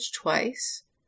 twice